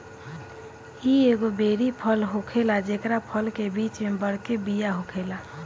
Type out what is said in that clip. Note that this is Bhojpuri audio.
इ एगो बेरी फल होखेला जेकरा फल के बीच में बड़के बिया होखेला